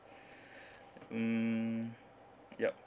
mm yup